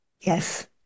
Yes